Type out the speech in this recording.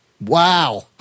Wow